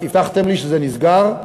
הבטחתם לי שזה נסגר,